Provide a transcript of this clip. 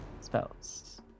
spells